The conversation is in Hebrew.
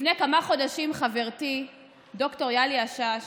לפני כמה חודשים חברתי ד"ר יאלי השש